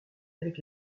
avec